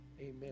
amen